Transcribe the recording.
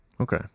Okay